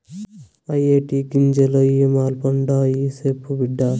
ఇయ్యే టీ గింజలు ఇ మల్పండాయి, సెప్పు బిడ్డా